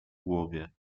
głowie